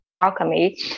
alchemy